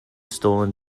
stolen